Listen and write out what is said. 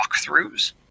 walkthroughs